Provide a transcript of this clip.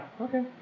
Okay